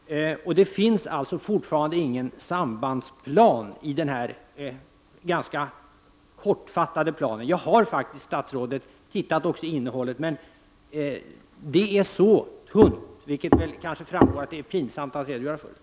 Det finns alltså fortfarande ingen sambandsplan i den här ganska kortfattade planen. Jag har faktiskt, herr statsråd, tittat också i innehållet. Men det är så tunt, vilket kanske framgår, att det är pinsamt att redogöra för det.